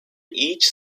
each